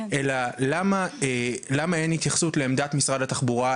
אני רוצה לדעת למה אין התייחסות לעמדת משרד התחבורה,